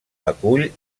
acull